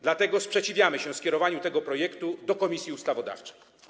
Dlatego sprzeciwiamy się skierowaniu tego projektu do Komisji Ustawodawczej.